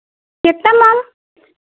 कितना मैम